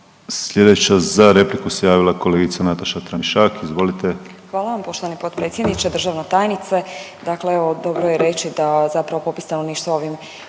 Slijedeća za repliku se javila kolegica Nataša Tramišak. Izvolite. **Tramišak, Nataša (HDZ)** Hvala vam poštovani potpredsjedniče. Državna tajnice, dakle evo dobro je reći da zapravo popis stanovništva ovim